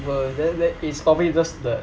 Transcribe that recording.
bro then then is probably just the